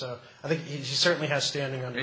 s i think he certainly has standing